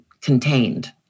contained